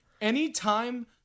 Anytime